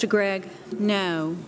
to greg no